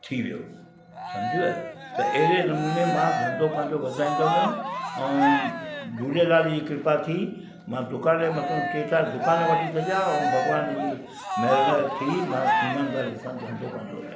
थी वियो सम्झव त अहिड़े नमूने मां धंधो पंहिंजो वधाईंदो वियुमि ऐं झूलेलाल जी कृपा थी मां दुकानु जे मथा केतिरा दुकानु वठी शॾिया ऐं भॻवानु जी महिर थी मां ईमानदारी सां धंधो कंदो वियुमि